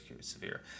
severe